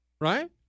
right